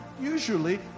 Usually